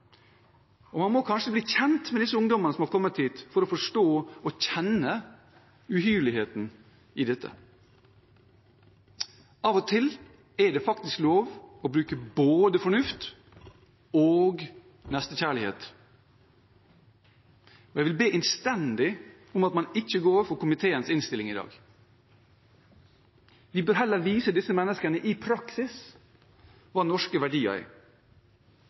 Man må kanskje bli kjent med disse ungdommene som har kommet hit, for å forstå og kjenne uhyrligheten i dette. Av og til er det faktisk lov å bruke både fornuft og nestekjærlighet, og jeg vil be innstendig om at man ikke går for komiteens innstilling i dag. Vi bør heller vise disse menneskene hva norske verdier er i praksis.